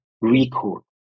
record